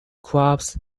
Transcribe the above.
clubs